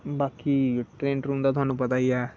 बाकी ट्रेन दा ते थुआनू पता ही हे